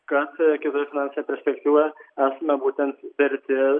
kad kitoje finansinėje perspektyvoje esame būtent verti